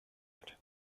hatte